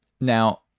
Now